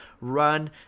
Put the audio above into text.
run